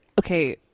okay